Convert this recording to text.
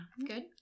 Good